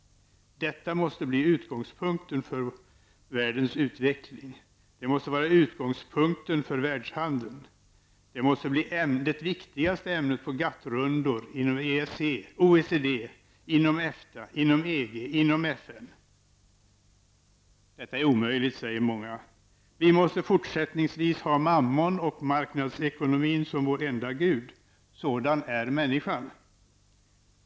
Detta måste bli utgångspunkten för världens utveckling. Det måste vara utgångspunkten för världshandeln. Det måste bli det viktigaste ämnet på GATT-rundor, inom OECD, inom EFTA, inom EG och inom FN. Detta är omöjligt, säger många. Vi måste fortsättningsvis ha Mammon och marknadsekonomin som vår enda Gud. Sådan är människan.